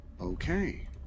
Okay